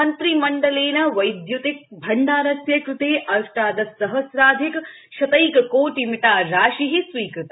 मंत्रिमण्डलेन वैदय्तिक भण्डारस्य कृते अष्टादशसहस्राधिक शतैक कोटिमिता राशिः स्वीकृता